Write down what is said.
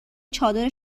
چادر